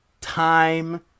time